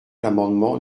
l’amendement